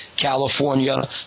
California